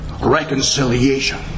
reconciliation